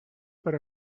per